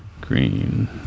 green